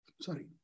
Sorry